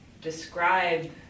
describe